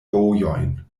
vojojn